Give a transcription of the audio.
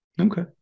okay